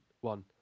one